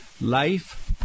Life